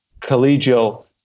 collegial